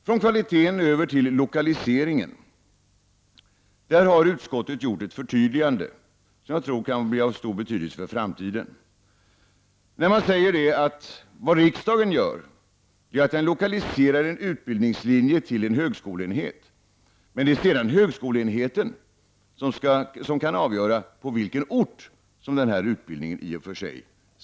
Från kvaliteten över till frågan om lokaliseringen. Utskottet har här gjort ett förtydligande som jag tror kan bli av stor betydelse för framtiden. Utskottet säger att det riksdagen gör är att den lokaliserar en utbildningslinje till en högskoleenhet, men sedan är det högskoleenheten som skall avgöra på vilken ort utbildningen skall förekomma.